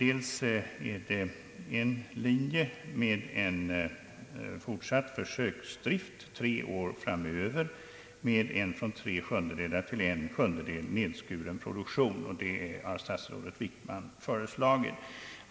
En linje avser fortsatt försöksdrift tre år framöver med en från tre sjundedelar till en sjundedel nedskuren produktion. Det har statsrådet Wickman föreslagit.